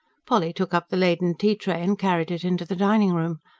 polly took up the laden tea-tray and carried it into the dining-room.